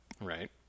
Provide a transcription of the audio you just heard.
Right